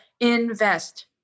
invest